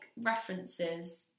references